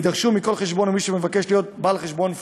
יידרש מבעל חשבון או ממי שמבקש להיות בעל חשבון פיננסי,